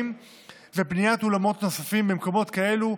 בניית אולמות נוספים במקומות כאלה,